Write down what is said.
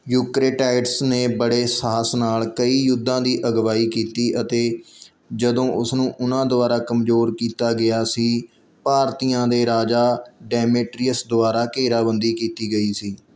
Eucratides ਨੇ ਬੜੇ ਸਾਹਸ ਨਾਲ ਕਈ ਯੁੱਧਾਂ ਦੀ ਅਗਵਾਈ ਕੀਤੀ ਅਤੇ ਜਦੋਂ ਉਸ ਨੂੰ ਉਨ੍ਹਾਂ ਦੁਆਰਾ ਕਮਜ਼ੋਰ ਕੀਤਾ ਗਿਆ ਸੀ ਭਾਰਤੀਆਂ ਦੇ ਰਾਜਾ ਡੈਮੇਟ੍ਰੀਅਸ ਦੁਆਰਾ ਘੇਰਾਬੰਦੀ ਕੀਤੀ ਗਈ ਸੀ